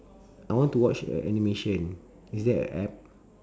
I want to watch uh animation is there a app